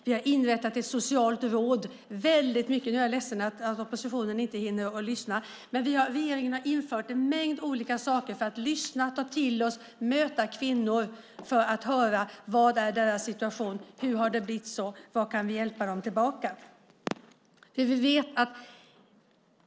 Vi har inrättat ett socialt råd. Jag är ledsen att oppositionen inte hinner lyssna, men regeringen har infört en mängd olika saker för att lyssna, ta till sig och möta kvinnor för att höra hur deras situation är, hur den har blivit så och hur vi kan hjälpa dem tillbaka.